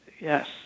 Yes